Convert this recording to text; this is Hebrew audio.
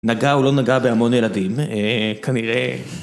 נגע או לא נגע בהמון ילדים, כנראה...